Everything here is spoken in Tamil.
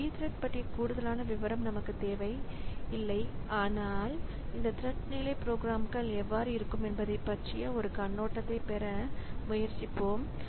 இந்த Pthreads பற்றிய கூடுதல் விவரம் நமக்கு தேவை இல்லை ஆனால் இந்த த்ரெட் நிலை ப்ரோக்ராம்கள் எவ்வாறு இருக்கும் என்பதைப் பற்றிய ஒரு கண்ணோட்டத்தை பெற முயற்சிப்போம்